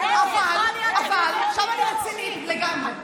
עכשיו אני רצינית לגמרי.